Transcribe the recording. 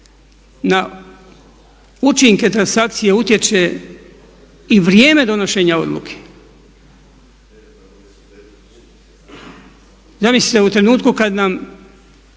na učinke transakcije utječe i vrijeme donošenja odluke. Zamislite u trenutku kad nam,